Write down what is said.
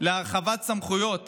להרחבת סמכויות